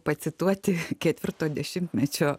pacituoti ketvirto dešimtmečio